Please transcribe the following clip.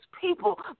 people